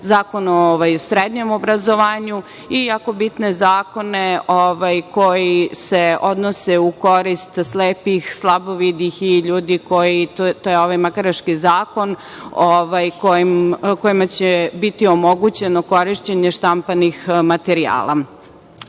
Zakon o srednjem obrazovanju i jako bitne zakone koji se odnose u korist slepih, slabovidih, to je ovaj makaraški zakon, kojima će biti omogućeno korišćenje štampanih materijala. Pre